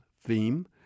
Theme